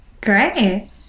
Great